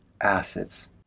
acids